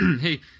Hey